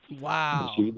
Wow